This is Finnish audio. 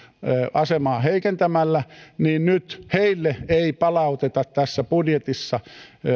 asemaa heikentämällä niin nyt heille ei palauteta tässä budjetissa